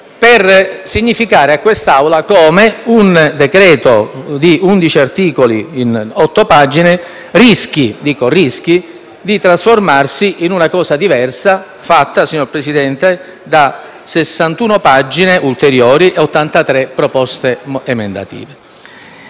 per significare a quest'Assemblea come un decreto-legge di 12 articoli in poche pagine rischi di trasformarsi in qualcosa di diverso, fatto, signor Presidente, da 61 pagine ulteriori e 83 proposte emendative.